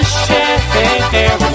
share